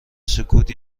سکوت